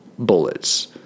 bullets